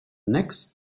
next